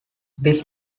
this